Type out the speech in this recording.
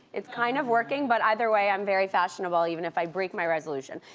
it's kind of working, but either way i'm very fashionable, even if i break my resolution.